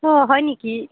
অঁ হয় নেকি